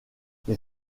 les